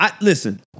listen